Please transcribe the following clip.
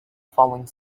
falling